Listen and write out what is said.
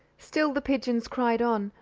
still the pigeons cried on,